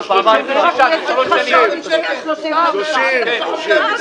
שלוש שנים.